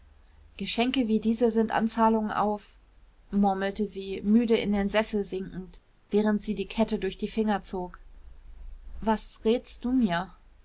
geschenke wie dieses sind anzahlungen auf murmelte sie müde in den sessel sinkend während sie die kette durch die finger zog was rätst du mir